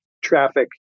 traffic